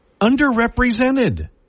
underrepresented